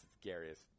scariest